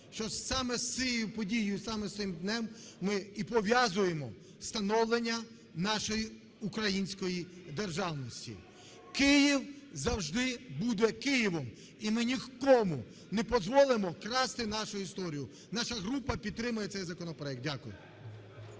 що саме з цією подією і саме з цим днем ми і пов'язуємо становлення нашої Української Державності. Київ завжди буде Києвом. І ми нікому не позволимо красти нашу історію. Наша група підтримає цей законопроект. Дякую.